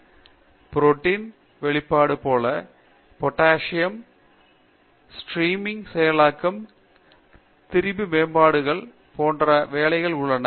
பேராசிரியர் சத்யநாராயணன் என் கும்மாடி புரோட்டீன் வெளிப்பாடு போல எப்படி பொட்டாசியம் செய்ய வேண்டும் ஸ்ட்ரீமிங் செயலாக்கம் கீழே திரிபு மேம்பாடுகளை எப்படி போன்ற வேலை வாய்ப்புகள் உள்ளன